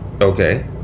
Okay